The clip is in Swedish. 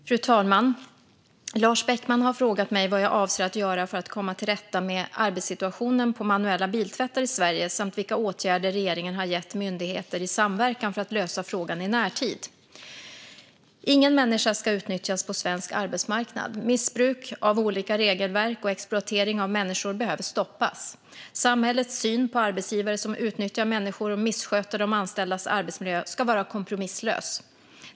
Fru talman! Lars Beckman har frågat mig vad jag avser att göra för att komma till rätta med arbetssituationen på manuella biltvättar i Sverige samt vilka åtgärder regeringen har gett myndigheter i samverkan i uppdrag att vidta för att lösa frågan i närtid. Ingen människa ska utnyttjas på svensk arbetsmarknad. Missbruk av olika regelverk och exploatering av människor behöver stoppas. Samhällets syn på arbetsgivare som utnyttjar människor och missköter de anställdas arbetsmiljö ska vara kompromisslös.